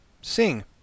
sing